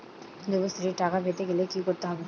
যুবশ্রীর টাকা পেতে গেলে কি করতে হবে?